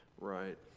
right